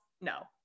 No